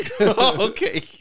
Okay